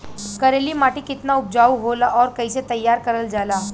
करेली माटी कितना उपजाऊ होला और कैसे तैयार करल जाला?